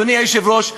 אדוני היושב-ראש,